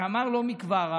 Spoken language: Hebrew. שאמר לא מכבר,